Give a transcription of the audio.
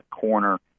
corner